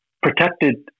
protected